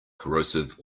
corrosive